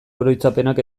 oroitzapenak